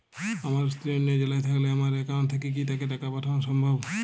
আমার স্ত্রী অন্য জেলায় থাকলে আমার অ্যাকাউন্ট থেকে কি তাকে টাকা পাঠানো সম্ভব?